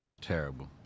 Terrible